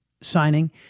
signing